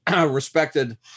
respected